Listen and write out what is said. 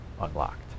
unlocked